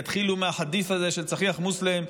יתחילו מהחדית' הזה של צחיח מוסלם,